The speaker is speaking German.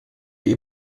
die